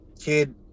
kid